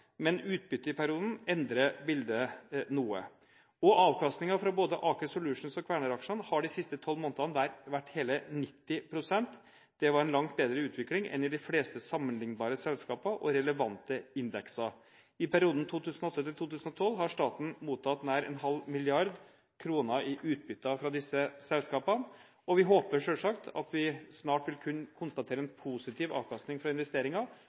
men utbyttet i perioden endrer bildet noe. Avkastningen fra både Aker Solutions- og Kværner-aksjene har de siste 12 månedene vært hele 90 pst. Det var en langt bedre utvikling enn i de fleste sammenliknbare selskaper og relevante indekser. I perioden 2008–2012 har staten mottatt nær en halv mrd. kr i utbytter fra disse selskapene, og vi håper selvsagt at vi snart vil kunne konstatere en positiv avkastning fra